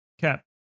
Cap